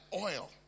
oil